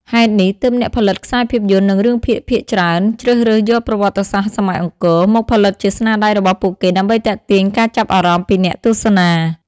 ហេតុនេះ ទើបអ្នកផលិតខ្សែភាពយន្តនិងរឿងភាគភាគច្រើនជ្រើសរើសយកប្រវត្តិសាស្ត្រសម័យអង្គរ មកផលិតជាស្នាដៃរបស់ពួកគេដើម្បីទាក់ទាញការចាប់អារម្មណ៍ពីអ្នកទស្សនា។